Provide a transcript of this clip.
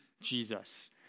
Jesus